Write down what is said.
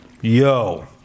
Yo